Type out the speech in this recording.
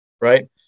Right